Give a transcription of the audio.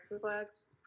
flags